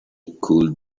could